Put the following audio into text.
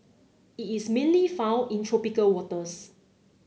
it is mainly found in tropical waters